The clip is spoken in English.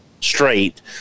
straight